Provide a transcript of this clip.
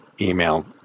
email